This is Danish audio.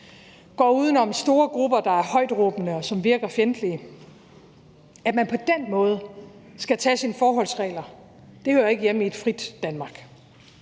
går uden om store grupper, der er højtråbende, og som virker fjendtlige. At man på den måde skal tage sine forholdsregler, hører ikke hjemme i et frit Danmark.